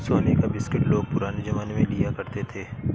सोने का बिस्कुट लोग पुराने जमाने में लिया करते थे